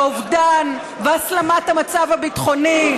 ואובדן, והסלמת המצב הביטחוני.